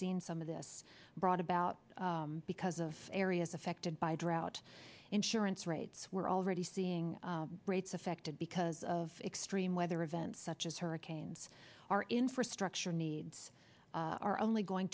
seen some of this brought about because of areas affected by drought insurance rates we're already seeing rates affected because of extreme weather events such as hurricanes are infrastructure needs are only going